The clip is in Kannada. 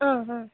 ಹಾಂ ಹಾಂ